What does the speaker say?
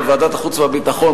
בוועדת החוץ והביטחון,